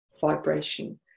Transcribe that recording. vibration